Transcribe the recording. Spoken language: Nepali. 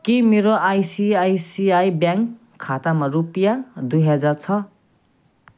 के मेरो आइसिआइसिआई ब्याङ्क खातामा रुपियाँ दुई हजार छ